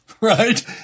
right